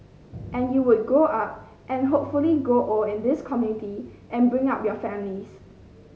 and you would grow up and hopefully grow old in this community and bring up your families